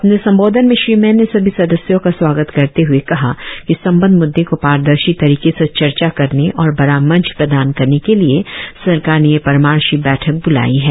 अपने संबोधन में श्री मैन ने सभी सदस्यों का स्वागत करते हए कहा की संबंद्व मुद्दे को पारदर्शी तरीके से चर्चा करने और बड़ा मंच प्रदान करने के लिए सरकार ने यह परमर्शी बैठक ब्लाई है